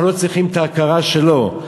אנחנו לא צריכים את ההכרה שלו,